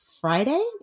friday